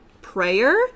prayer